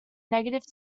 negative